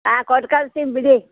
ಆಂ ಕೊಟ್ಟು ಕಳ್ಸ್ತೀನಿ ಬಿಡಿ